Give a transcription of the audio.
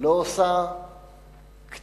לא עושה קצת,